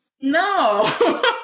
no